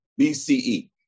BCE